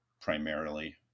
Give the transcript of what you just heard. primarily